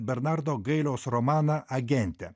bernardo gailiaus romaną agentė